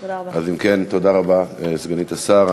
אם כן, תודה רבה לסגנית השר.